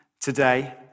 today